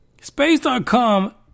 Space.com